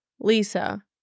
Lisa